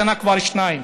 מתחילת השנה כבר שניים,